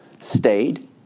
stayed